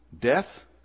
death